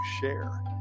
share